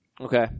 Okay